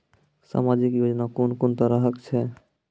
समाजिक योजना कून कून तरहक छै?